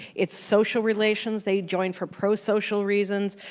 it's social relations. they join for pro-social reasons.